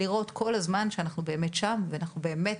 לראות כל הזמן שאנחנו באמת שם ואנחנו באמת